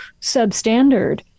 substandard